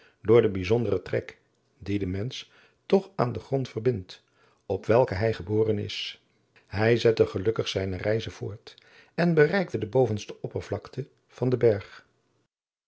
door den bijzonderen trek die den mensch toch aan den grond verbindt op welken hij geboren is hij zette gelukkig zijne reize voort en bereikte de bovenste oppervlakte van den berg